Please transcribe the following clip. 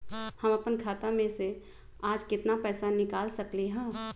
हम अपन खाता में से आज केतना पैसा निकाल सकलि ह?